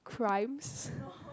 crimes